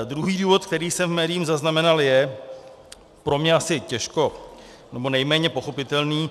Druhý důvod, který jsem v médiích zaznamenal, je pro mě asi těžko, nebo nejméně pochopitelný.